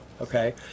okay